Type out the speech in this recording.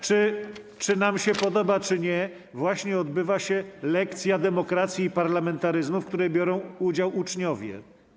Czy nam się podoba, czy nie, właśnie odbywa się lekcja demokracji i parlamentaryzmu, w której biorą udział uczniowie.